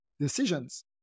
decisions